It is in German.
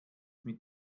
mit